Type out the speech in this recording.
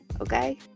Okay